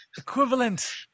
Equivalent